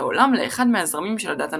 העולם לאחד מהזרמים של הדת הנוצרית.